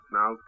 Now